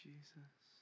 Jesus